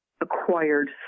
acquired